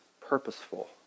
purposeful